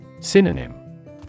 Synonym